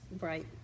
Right